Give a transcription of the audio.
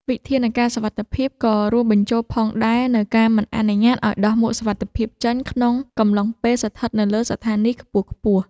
វិធានការសុវត្ថិភាពក៏រួមបញ្ចូលផងដែរនូវការមិនអនុញ្ញាតឱ្យដោះមួកសុវត្ថិភាពចេញ ក្នុងកំឡុងពេលស្ថិតនៅលើស្ថានីយខ្ពស់ៗ។